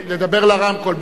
לדבר לרמקול.